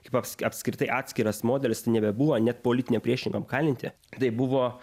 kaip aps apskritai atskiras modelis tai nebebuvo net politiniam priešininkam kalinti tai buvo